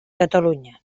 catalunya